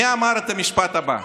מי אמר את המשפט הבא,